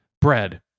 bread